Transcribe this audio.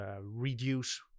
Reduce